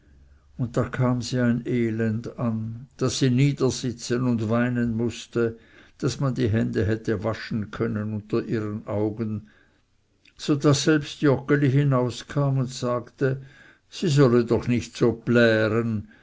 und da kam sie ein elend an daß sie niedersitzen und weinen mußte daß man die hände hätte waschen können unter ihren augen so daß selbst joggeli hinauskam und sagte sie solle doch nicht so plären